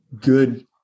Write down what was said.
good